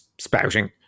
spouting